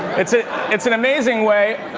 it's ah it's an amazing way,